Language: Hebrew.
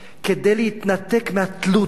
כדי להתנתק מהתלות הזאת.